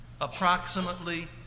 approximately